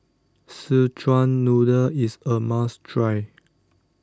Szechuan Noodle is a must try